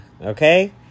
Okay